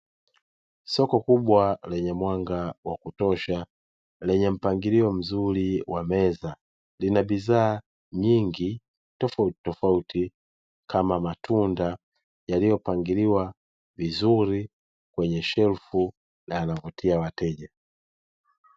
Soko kubwa lenye mwanga wa kutosha, lenye mpangilio mzuri wa meza lina bidhaa nyingi. Tofauti tofauti kama matunda yaliopangiliwa vizuri kwenye shelfu yanavutia wateja.